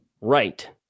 Right